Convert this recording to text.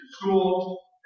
school